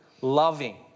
loving